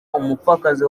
umupfakazi